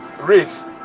race